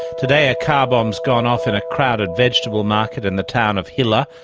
today a car bomb has gone off in a crowded vegetable market in the town of hilla,